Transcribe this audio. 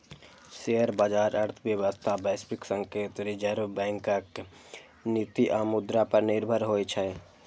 share बाजार अर्थव्यवस्था, वैश्विक संकेत, रिजर्व बैंकक नीति आ मुद्रा पर निर्भर होइ छै